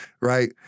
right